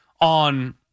on